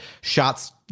shots